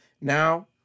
Now